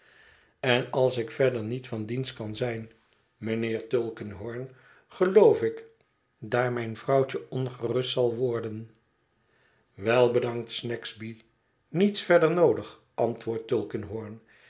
en als ik verder niet van dienst kan zijn mijnheer tulkinghorn geloof ik daar mijn vrouwtje ongerust zal worden wel bedankt snagsby niets verder noodig antwoordt